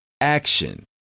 action